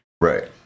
Right